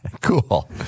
Cool